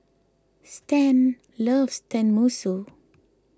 Stan loves Tenmusu